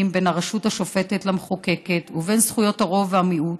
בין הרשות השופטת למחוקקת ובין זכויות הרוב והמיעוט.